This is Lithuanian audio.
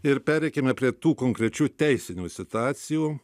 ir pereikime prie tų konkrečių teisinių situacijų